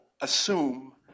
assume